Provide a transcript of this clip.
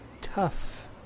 tough